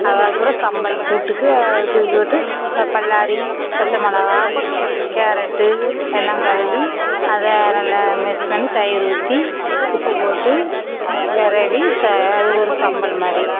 அது அதுக்கு அப்பறம் சம்பல் கூட்டுக்கு அதுக்குப் போட்டு ச பல்லாரி பச்சை மொளகாய் கேரட்டு எல்லாம் கழுவி அதை நல்லா மிக்ஸ் பண்ணி தயிறு ஊற்றி உப்பு போட்டு விரைவி ச அது ஒரு சம்பல் மாதிரி